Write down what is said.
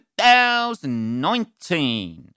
2019